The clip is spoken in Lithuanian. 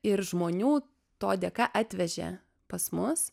ir žmonių to dėka atvežė pas mus